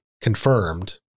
confirmed